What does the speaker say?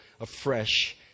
afresh